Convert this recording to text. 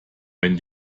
wenn